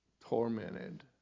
tormented